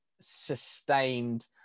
sustained